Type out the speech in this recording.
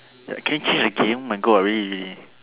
ya can you change the game oh my God really really